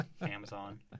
Amazon